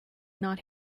not